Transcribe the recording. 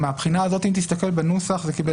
מהבחינה הזאת, אם תסתכל בנוסח זה קיבל מענה.